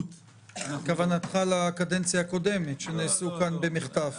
כוונתך לקדנציה הקודמת שבה דברים נעשו במחטף,